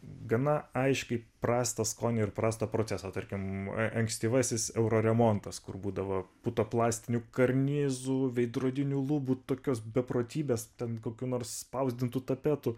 gana aiškiai prastą skonį ir prastą procesą tarkim ankstyvasis euro remontas kur būdavo puto plastinių karnizų veidrodinių lubų tokios beprotybės ten kokių nors spausdintų tapetų